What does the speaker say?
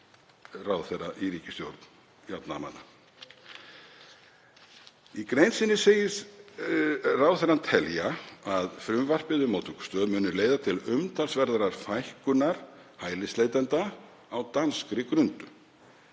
ráðherra í ríkisstjórn jafnaðarmanna. Í grein sinni segist ráðherrann telja að frumvarpið um móttökustöð muni leiða til umtalsverðrar fækkunar hælisleitenda á danskri grundu.